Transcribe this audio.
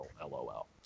LOL